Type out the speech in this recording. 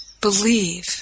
believe